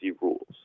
rules